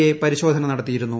A പരിശോധന നടത്തിയിരുന്നു